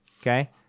okay